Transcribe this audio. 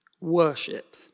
Worship